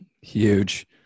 huge